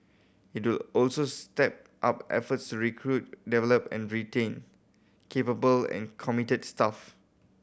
it will also step up efforts recruit develop and retain capable and committed staff